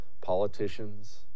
politicians